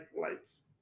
Lights